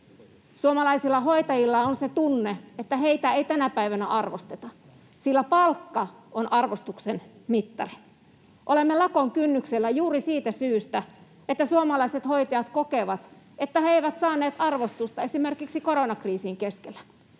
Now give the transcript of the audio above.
Suomalaisilla hoitajilla on tunne, että heitä ei tänä päivänä arvosteta, sillä palkka on arvostuksen mittari. Olemme lakon kynnyksellä juuri siitä syystä, että suomalaiset hoitajat kokevat, että he eivät saaneet arvostusta esimerkiksi koronakriisin keskellä.